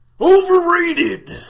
Overrated